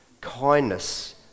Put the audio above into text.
kindness